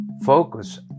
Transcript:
focus